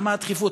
למה הדחיפות?